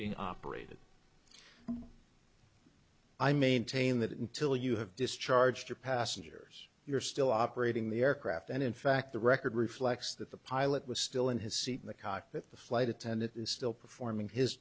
being operated i maintain that until you have discharged your passengers you're still operating the aircraft and in fact the record reflects that the pilot was still in his seat in the cockpit the flight attendant is still performing his